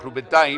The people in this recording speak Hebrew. אנחנו בינתיים